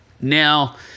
Now